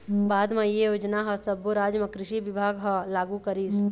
बाद म ए योजना ह सब्बो राज म कृषि बिभाग ह लागू करिस